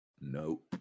Nope